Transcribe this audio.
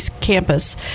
campus